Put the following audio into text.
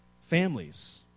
families